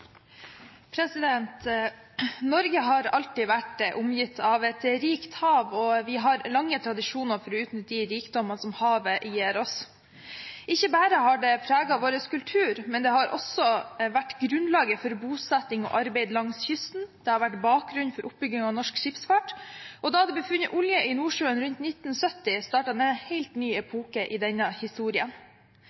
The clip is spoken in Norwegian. lange tradisjoner for å utnytte rikdommene havet gir oss. Ikke bare har det preget vår kultur, men det har også vært grunnlaget for bosetting og arbeid langs kysten, det har vært bakgrunn for oppbygging av norsk skipsfart, og da det ble funnet olje i Nordsjøen rundt 1970, startet en helt ny epoke i denne historien.